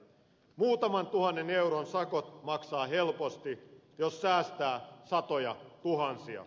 muutaman tuhannen euron sakon maksaa helposti jos säästää satojatuhansia